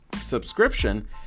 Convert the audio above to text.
subscription